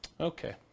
Okay